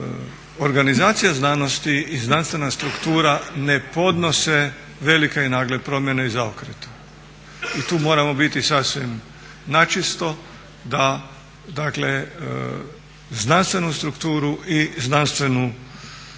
organizacija znanosti i znanstvena struktura velike i nagle promjene i zaokrete i tu moramo biti sasvim načisto da znanstvenu strukturu i organizacije